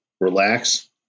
relax